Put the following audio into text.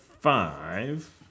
Five